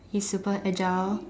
he's super agile